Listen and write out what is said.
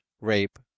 rape